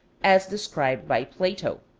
as described by plato.